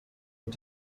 und